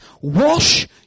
Wash